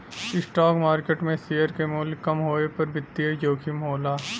stock market में share क मूल्य कम होये पर वित्तीय जोखिम होला